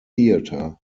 theater